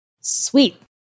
Sweet